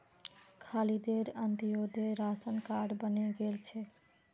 खालिदेर अंत्योदय ration card बने गेल छेक